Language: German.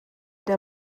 der